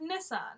Nissan